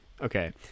okay